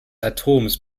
atoms